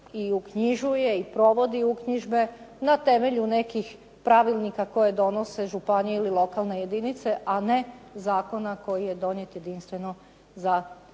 i uknjižuje i provodi uknjižbe na temelju nekih pravilnika koje donose županije ili lokalne jedinice, a ne zakona koji je donijet jedinstveno za cijelu